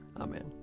Amen